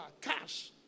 Cash